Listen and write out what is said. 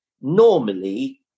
normally